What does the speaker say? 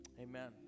amen